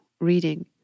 reading